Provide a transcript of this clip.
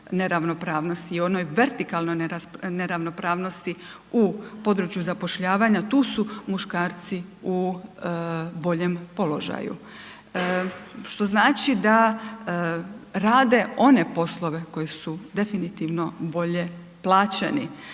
neravnopravnosti i onoj vertikalnoj neravnopravnosti u području zapošljavanja, tu su muškarci u boljem položaju. Što znači da rade one poslove koji su definitivno bolje plaćeni,